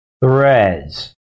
threads